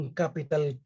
capital